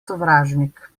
sovražnik